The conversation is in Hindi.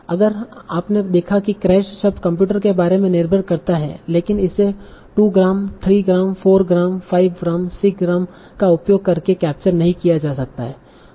अगर आपने देखा की क्रेशड शब्द कंप्यूटर के बारे में निर्भर करता है लेकिन इसे 2 gram 3 gram 4 gram 5 gram 6 gram का उपयोग करके कैप्चर नहीं किया जा सकता है